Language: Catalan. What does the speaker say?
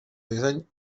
disseny